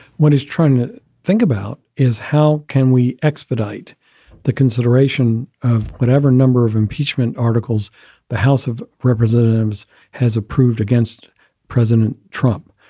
what he's trying to think about is how can we expedite the consideration of whatever number of impeachment articles the house of representatives has approved against president trump?